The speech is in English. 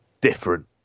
different